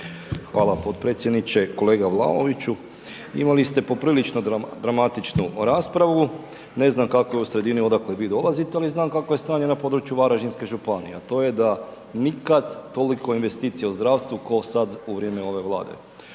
Hvala potpredsjedniče. Kolega Vlaoviću, imali ste poprilično dramatičnu raspravu, ne znam kako je u sredini odakle vi dolazite ali znam kakvo je stanje na području Varaždinske županije. A to je da nikad toliko investicija u zdravstvu kao sad u vrijeme ove Vlade.